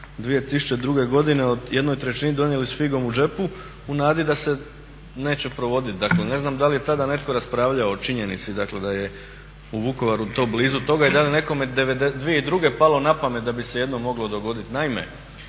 2002. godine u jednoj trećini donijeli s figom u džepu u nadi da se neće provoditi. Dakle ne znam da li je tada netko raspravljao o činjenici dakle da je u Vukovaru to blizu toga i da li je nekome 2002. palo napamet na bi se jednom moglo dogoditi.